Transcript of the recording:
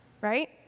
Right